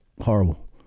horrible